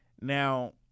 Now